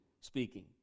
speaking